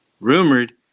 Rumored